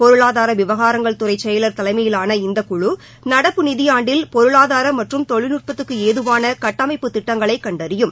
பொருளாதார விவகாரங்கள்துறை செயல் தலைமையிலான இந்த குழு நடப்பு நிதியாண்டில் பொருளாதார மற்றும் தொழில்நுட்பத்துக்கு ஏதுவான கட்டமைப்பு திட்டங்களை கண்டறியும்